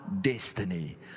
destiny